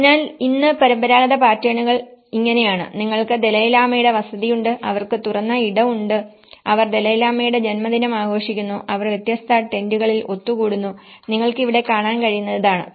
അതിനാൽ ഇന്ന് പരമ്പരാഗത പാറ്റേണുകൾ ഇങ്ങനെയാണ് നിങ്ങൾക്ക് ദലൈലാമയുടെ വസതിയുണ്ട് അവർക്ക് തുറന്ന ഇടം ഉണ്ട് അവർ ദലൈലാമയുടെ ജന്മദിനം ആഘോഷിക്കുന്നു അവർ വ്യത്യസ്ത ടെന്റുകളിൽ ഒത്തുകൂടുന്നു നിങ്ങൾക്ക് ഇവിടെ കാണാൻ കഴിയുന്നത് ഇതാണ്